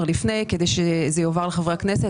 לפני הדיון כדי שהוא יועבר לחברי הכנסת.